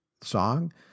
song